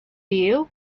you